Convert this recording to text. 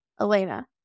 Elena